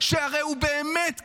שהרי הוא באמת כישלון.